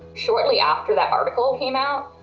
shortly after that article came out,